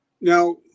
now